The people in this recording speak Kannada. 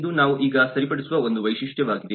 ಇದು ನಾವು ಈಗ ಸರಿಪಡಿಸುವ ಒಂದು ವೈಶಿಷ್ಟ್ಯವಾಗಿದೆ